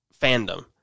fandom